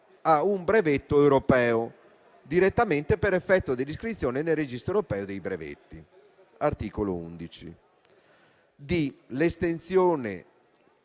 a un brevetto europeo, direttamente per effetto dell'iscrizione nel Registro europeo dei brevetti (articolo 11);